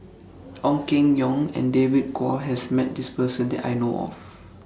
Ong Keng Yong and David Kwo has Met This Person that I know of